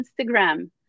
Instagram